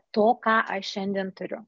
to ką aš šiandien turiu